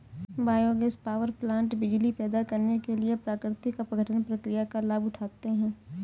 biogas power plant बिजली पैदा करने के लिए प्राकृतिक अपघटन प्रक्रिया का लाभ उठाते हैं